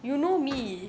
mm